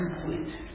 complete